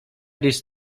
this